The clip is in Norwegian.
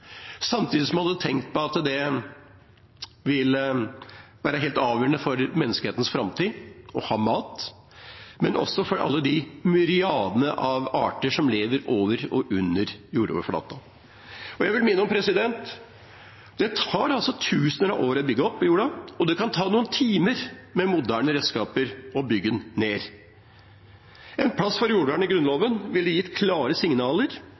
samtidig som man hadde tenkt på at det vil være helt avgjørende for menneskehetens framtid å ha mat, men også for de myriadene av arter som lever over og under jordoverflaten. Jeg vil minne om at det altså tar tusener av år å bygge opp jorda, mens det kan ta noen timer å bygge den ned med moderne redskaper. En plass for jordvern i Grunnloven ville gitt klare signaler,